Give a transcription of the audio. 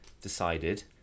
decided